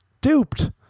Duped